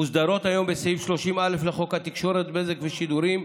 מוסדרות היום בסעיף 30א לחוק התקשורת (בזק ושידורים),